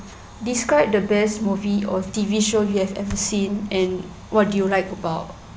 describe the best movie or T_V show you have ever seen and what do you like about